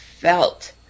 felt